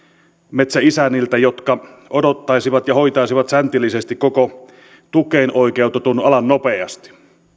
metsäisänniltä jotka hoitaisivat säntillisesti koko tukeen oikeutetun alan nopeasti